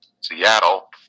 Seattle